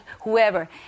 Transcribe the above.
whoever